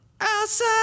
Outside